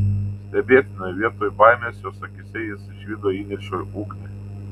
stebėtina vietoj baimės jos akyse jis išvydo įniršio ugnį